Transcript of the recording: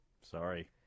Sorry